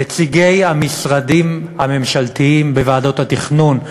נציגי המשרדים הממשלתיים בוועדות התכנון,